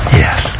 yes